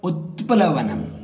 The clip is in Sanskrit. उत्प्लवनम्